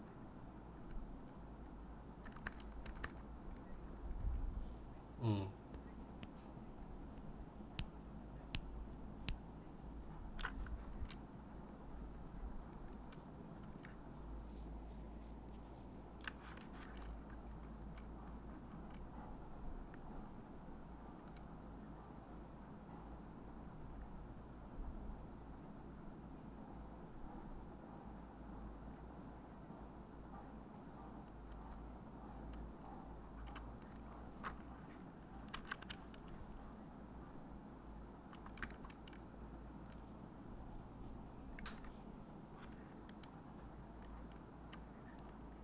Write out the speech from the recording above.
mm